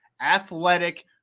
athletic